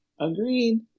Agreed